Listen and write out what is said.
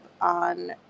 on